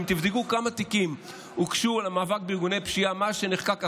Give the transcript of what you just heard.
אם תבדקו כמה תיקים הוגשו על המאבק בארגוני פשיעה מאז שנחקק החוק,